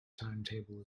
timetable